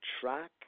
track